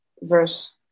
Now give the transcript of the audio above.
verse